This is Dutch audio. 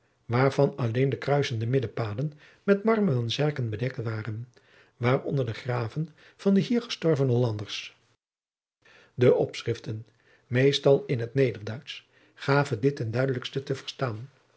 waarvan alleen de kruisende middelpaden met marmeren zerken bedekt waren waaronder de graven van de hier gestorvene hollanders de opschriften meestal in het nederduitsch gaven dit ten duidelijkste te verstaan